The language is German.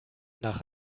nach